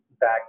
back